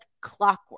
clockwork